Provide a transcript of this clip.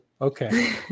okay